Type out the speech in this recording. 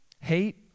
Hate